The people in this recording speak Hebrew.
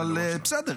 אבל בסדר,